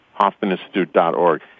hoffmaninstitute.org